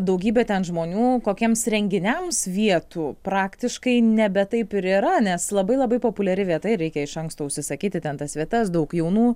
daugybė ten žmonių kokiems renginiams vietų praktiškai nebe taip ir yra nes labai labai populiari vieta ir reikia iš anksto užsisakyti ten tas vietas daug jaunų